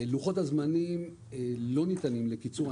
לוחות זמנים לא ניתנים לקיצור.